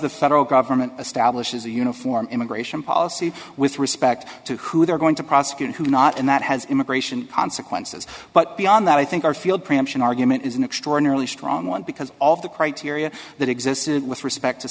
the federal government establishes a uniform immigration policy with respect to who they're going to prosecute who not and that has immigration consequences but beyond that i think our field preemption argument is an extraordinarily strong one because all of the criteria that existed with respect to